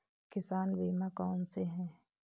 किसान बीमा कौनसे हैं?